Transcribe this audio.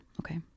Okay